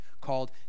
called